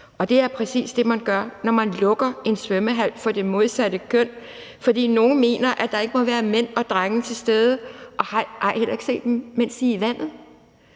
Og det er præcis det, man gør, når man lukker en svømmehal for det modsatte køn, fordi nogle mener, at der ikke må være mænd og drenge til stede, og at de heller ikke må se kvinderne, mens de er i vandet.